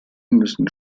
müssen